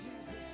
Jesus